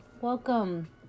Welcome